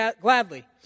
gladly